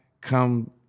come